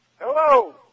Hello